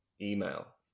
email